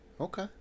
Okay